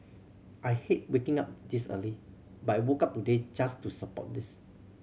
I hate waking up this early but woke up today just to support this